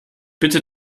bitte